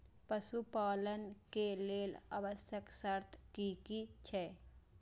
पशु पालन के लेल आवश्यक शर्त की की छै?